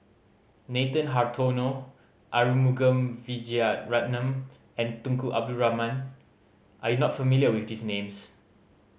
Nathan Hartono Arumugam Vijiaratnam and Tunku Abdul Rahman are you not familiar with these names